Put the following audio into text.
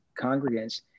congregants